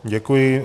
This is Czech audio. Děkuji.